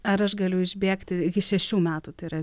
ar aš galiu išbėgti iki šešių metų tai yra